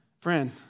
Friend